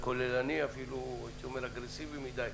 אגרסיבי מידי.